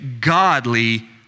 godly